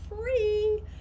free